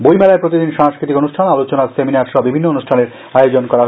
বইমেলায় প্রতিদিন সংস্কৃতিক অনুষ্ঠান আলোচনা সেমিনার সহ বিভিন্ন অনুষ্ঠানের আয়োজন করা হয়েছে